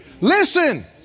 Listen